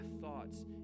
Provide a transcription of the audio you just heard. thoughts